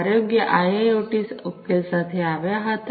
આરોગ્ય આઈઆઈઑટી ઉકેલ સાથે આવ્યા હતા